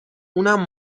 اونم